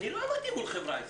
לא עמדתי מול חברה עסקית,